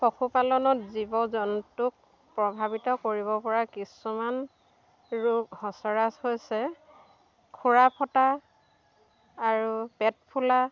পশুপালনত জীৱ জন্তুক প্ৰভাৱিত কৰিব পৰা কিছুমান ৰোগ সচৰাচৰ হৈছে খুৰা ফটা আৰু পেট ফুলা